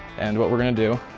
and what we're going to do,